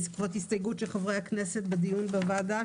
בעקבות הסתייגות של חברי הכנסת בדיון בוועדה,